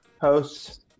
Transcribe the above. hosts